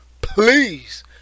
please